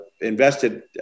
invested